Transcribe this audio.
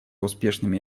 успешными